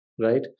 Right